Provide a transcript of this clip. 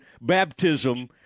baptism